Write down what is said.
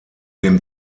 dem